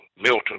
Milton